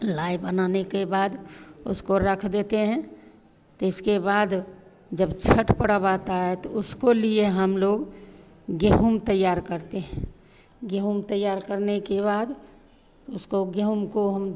लाई बनाने के बाद उसको रख देते हैं तिसके बाद जब छठ परब आता है तो उसको लिए हमलोग गेहूँ तैयार करते हैं गेहूँ तैयार करने के बाद उसको गेहूँ को हम